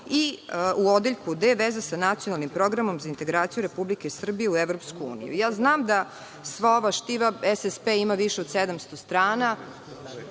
U odeljku D – veza sa nacionalnim programom za integraciju Republike Srbije u EU.Znam da sva ova štiva SSP ima više od 700 strana,